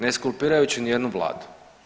Ne eskulpirajući ni jednu vladu.